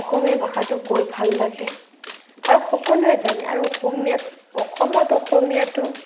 অসমীয়া ভাষাটো কৈ ভাল লাগে আৰু সকলোৱে জানে আৰু অসমীয়াত অসমত অসমীয়াটো